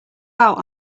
out